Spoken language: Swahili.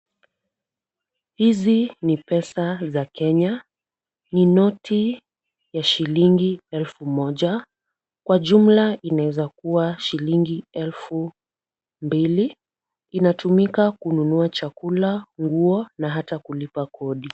Hizi ni pesa za Kenya, ni noti ya shilingi elfu moja, kwa jumla inaweza kuwa shilingi elfu mbili. Inatumika kununua chakula, nguo, na hata kulipa kodi.